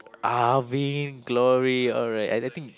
ah Vainglory alright I I think